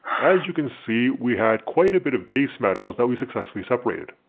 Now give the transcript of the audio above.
as you can see we had quite a bit of base metals that we successfully separated.